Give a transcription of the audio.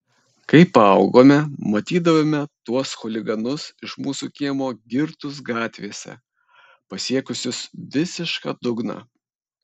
kai paaugome matydavome tuos chuliganus iš mūsų kiemo girtus gatvėse pasiekusius visišką dugną